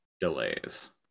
delays